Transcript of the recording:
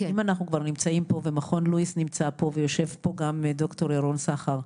אם אנחנו כבר נמצאים פה ומכון לואיס נמצא פה ויושב פה גם ד"ר ירון סחר,